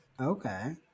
Okay